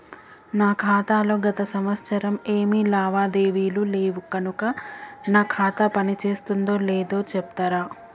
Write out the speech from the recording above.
నా ఖాతా లో గత సంవత్సరం ఏమి లావాదేవీలు లేవు కనుక నా ఖాతా పని చేస్తుందో లేదో చెప్తరా?